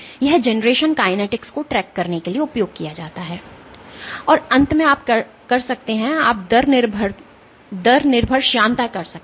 यह generation kinetics को track करने के लिए उपयोग किया जाता है और अंत में आप कर सकते हैं आप दर निर्भर श्यानता कर सकते हैं